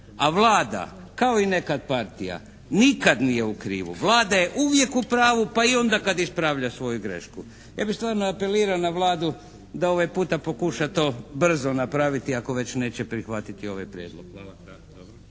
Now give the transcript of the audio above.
A Vlada kao i nekad partija nikad nije u krivu. Vlada je uvijek u pravu pa i onda kad ispravlja svoju grešku. Ja bi stvarno apelirao na Vladu da ovaj puta pokuša to brzo napraviti ako već neće prihvatiti ovaj prijedlog.